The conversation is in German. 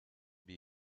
die